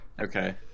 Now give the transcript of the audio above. Okay